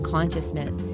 Consciousness